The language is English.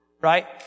Right